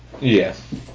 Yes